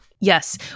Yes